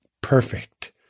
perfect